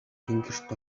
тэнгэрт